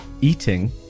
eating